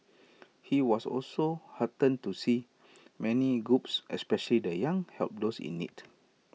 he was also heartened to see many groups especially the young help those in need